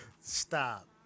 Stop